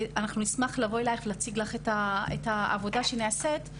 נשמח לבוא אלייך ולהציג לך את העבודה שנעשית.